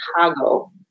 Chicago